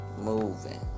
moving